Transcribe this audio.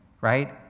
right